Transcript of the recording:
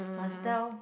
must tell